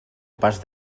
pas